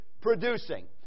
producing